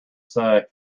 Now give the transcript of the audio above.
say